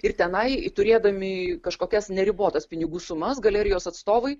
ir tenai turėdami kažkokias neribotas pinigų sumas galerijos atstovai